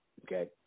Okay